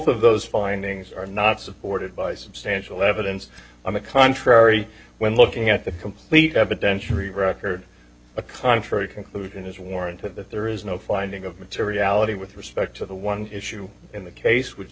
of those findings are not supported by substantial evidence on the contrary when looking at the complete evidentiary record a contrary conclusion is warranted that there is no finding of materiality with respect to the one issue in the case which